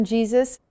Jesus